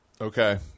Okay